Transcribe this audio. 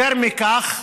יותר מכך,